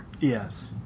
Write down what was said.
yes